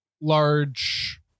large